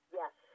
yes